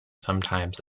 sometimes